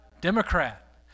Democrat